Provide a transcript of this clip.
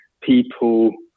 people